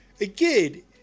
Again